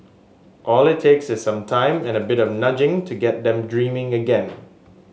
all it takes is some time and a bit of nudging to get them dreaming again